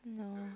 no